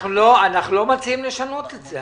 אנחנו לא מציעים לשנות את זה.